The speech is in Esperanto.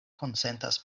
konsentas